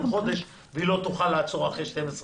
חודש והיא לא תוכל לעצור אחרי 12 חודשים.